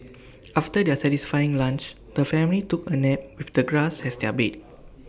after their satisfying lunch the family took A nap with the grass as their bed